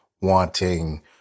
wanting